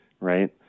right